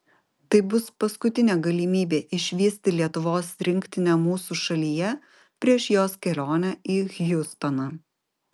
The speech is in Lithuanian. tai bus paskutinė galimybė išvysti lietuvos rinktinę mūsų šalyje prieš jos kelionę į hjustoną